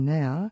now